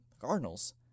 Cardinals